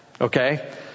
Okay